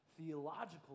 theological